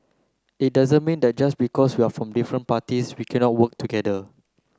it doesn't mean that just because we're from different parties we cannot work together